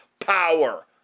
power